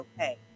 okay